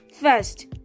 first